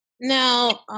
Now